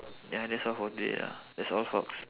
ya that's all for today ya that's all folks